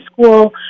school